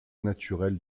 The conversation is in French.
naturel